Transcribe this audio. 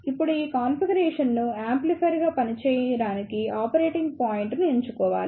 ఇప్పుడు ఈ కాన్ఫిగరేషన్ను యాంప్లిఫైయర్గా పనిచేయడానికి ఆపరేటింగ్ పాయింట్ను ఎంచుకోవాలి